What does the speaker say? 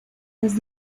las